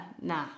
nah